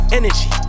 energy